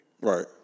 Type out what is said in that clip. Right